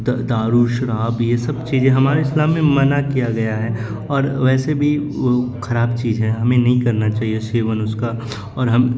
دارو شراب یہ سب چیزیں ہمارے اسلام میں منع کیا گیا ہے اور ویسے بھی وہ خراب چیز ہے ہمیں نہیں کرنا چاہیے سیون اس کا اور ہم